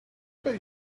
beg